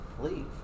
leave